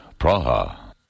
Praha